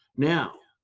now.